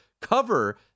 cover